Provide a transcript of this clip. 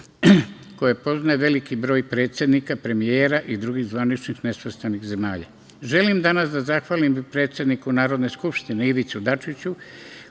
koji poznaje veliki broj predsednika, premijera i drugih zvaničnika nesvrstanih zemalja. Želim danas da zahvalim, predsedniku Narodne skupštine, Ivici Dačiću